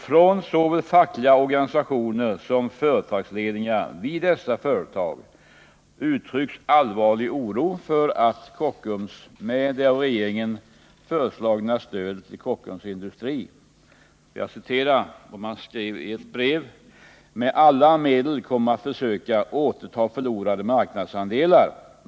Från såväl fackliga organisationer som företagsledningar vid dessa företag har uttryckts allvarlig oro för att Kockums med det av regeringen föreslagna stödet till Kockums Industri ”med alla medel kommer att försöka återta förlorade marknadsandelar”, som det uttrycktes i ett brev.